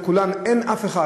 אין אף אחד,